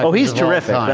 so he's terrific